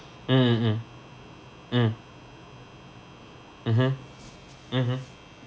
mm mm mm mmhmm mmhmm